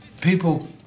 people